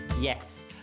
Yes